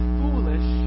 foolish